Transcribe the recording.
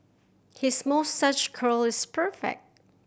his moustache curl is perfect